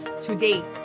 today